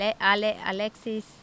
Alexis